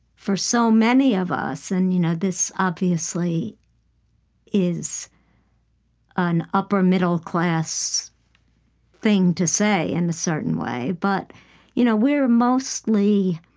for so many of us and you know this obviously is an upper-middle-class thing to say in a certain way but you know we're mostly